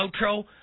outro